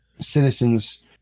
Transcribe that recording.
citizens